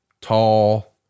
tall